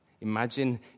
Imagine